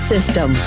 System